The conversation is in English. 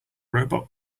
robot